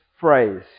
phrase